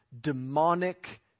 demonic